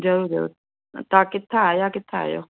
ज़रूरु ज़रूरु तव्हां किथां आया किथां आहियो